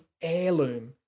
heirloom